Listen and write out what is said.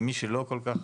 כמי שלא כל כך,